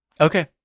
Okay